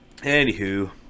Anywho